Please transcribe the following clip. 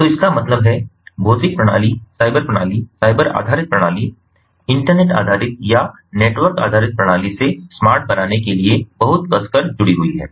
तो इसका मतलब है भौतिक प्रणाली साइबर प्रणाली साइबर आधारित प्रणाली इंटरनेट आधारित या नेटवर्क आधारित प्रणाली से स्मार्ट बनाने के लिए बहुत कसकर जुडी हुई है